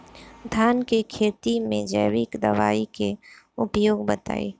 धान के खेती में जैविक दवाई के उपयोग बताइए?